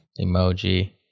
Emoji